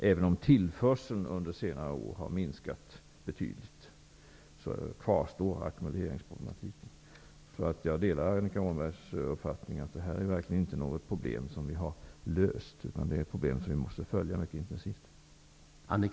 Även om tillförseln under senare år har minskat betydligt kvarstår ackumuleringsproblematiken. Jag delar därför Annika Åhnbergs uppfattning att det här verkligen inte är något problem som vi har löst -- det är ett problem som vi måste följa mycket intensivt.